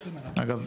אגב,